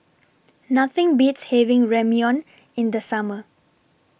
Nothing Beats having Ramyeon in The Summer